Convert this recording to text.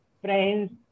friends